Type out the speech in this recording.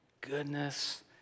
goodness